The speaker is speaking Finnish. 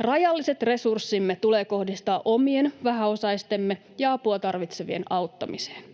Rajalliset resurssimme tulee kohdistaa omien vähäosaistemme ja apua tarvitsevien auttamiseen.